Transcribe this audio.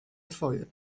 twoje